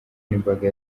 n’imbaga